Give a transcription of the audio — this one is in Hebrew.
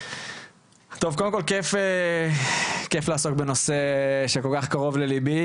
קודם כל כיף לעסוק בנושא שכל כך קרוב ללבי,